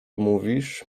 mówisz